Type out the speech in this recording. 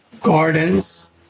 gardens